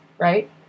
right